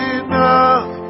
enough